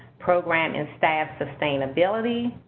program and staff sustainability,